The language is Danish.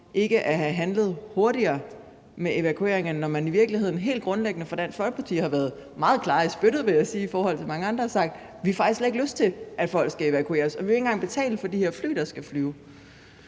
ikke at have handlet hurtigere med evakueringen, når man i virkeligheden helt grundlæggende fra Dansk Folkepartis side har været meget klare i spyttet, vil jeg sige, i forhold til mange andre og har sagt: Vi har faktisk slet ikke lyst til, at folk skal evakueres, og vi vil ikke engang betale for de fly, der skal flyve.